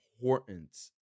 importance